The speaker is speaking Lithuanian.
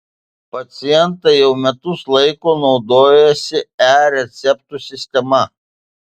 pacientai jau metus laiko naudojasi e receptų sistema